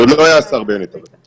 זה לא היה השר בנט אבל.